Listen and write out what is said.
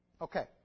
Okay